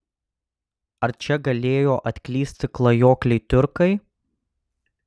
ar čia galėjo atklysti klajokliai tiurkai